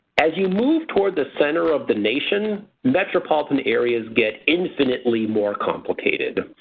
as you move toward the center of the nation metropolitan areas get infinitely more complicated.